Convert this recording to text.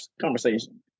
conversation